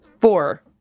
four